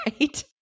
right